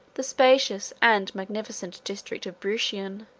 the spacious and magnificent district of bruchion,